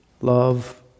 Love